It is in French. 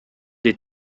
des